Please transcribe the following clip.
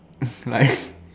like